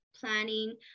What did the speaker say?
planning